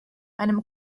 einem